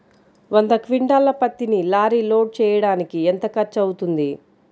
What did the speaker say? వంద క్వింటాళ్ల పత్తిని లారీలో లోడ్ చేయడానికి ఎంత ఖర్చవుతుంది?